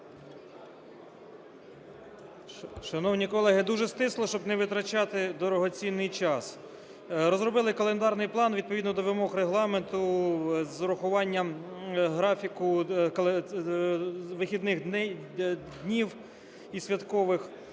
Шановні колеги! Дуже стисло, щоб не витрачати дорогоцінний час. Розробили календарний план, відповідно до вимог Регламенту, з урахуванням графіку вихідних днів і святкових.